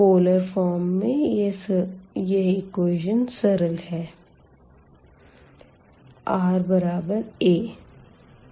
polar form में यह equation सरल है ra